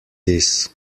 this